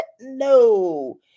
No